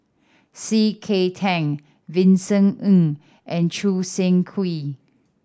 C K Tang Vincent Ng and Choo Seng Quee